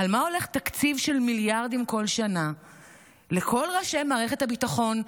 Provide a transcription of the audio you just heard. על מה הולך תקציב של מיליארדים כל שנה לכל ראשי מערכת הביטחון,